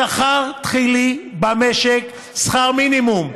שכר תחילי במשק שכר מינימום.